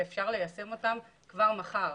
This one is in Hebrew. שאפשר ליישם כבר מחר.